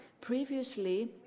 Previously